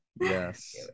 yes